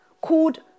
called